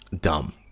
Dumb